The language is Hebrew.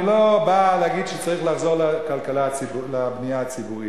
אני לא בא להגיד שצריך לחזור לבנייה הציבורית,